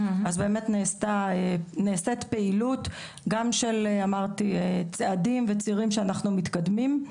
אז באמת נעשית פעילות גם של צעדים וצירים שאנחנו מתקדמים.